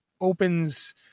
opens